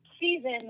season